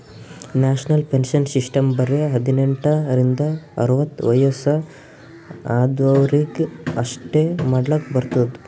national pension system ಬರೆ ಹದಿನೆಂಟ ರಿಂದ ಅರ್ವತ್ ವಯಸ್ಸ ಆದ್ವರಿಗ್ ಅಷ್ಟೇ ಮಾಡ್ಲಕ್ ಬರ್ತುದ್